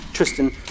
Tristan